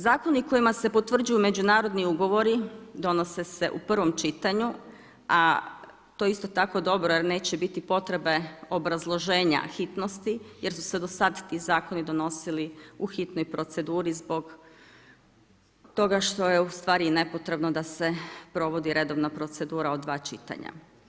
Zakoni kojima se potvrđuju međunarodni ugovori donose se u prvom čitanju, a to je isto tako dobro jer neće biti potrebe obrazloženja hitnosti jer su se do sada ti zakoni donosili u hitnoj proceduri zbog toga što je nepotrebno da se provodi nepotrebna procedura od dva čitanja.